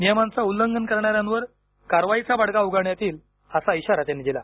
नियमाच उल्लंघन करणाऱ्यावर कारवाईचा बडगा उगारण्यात येईल असा इशारा त्यांनी दिला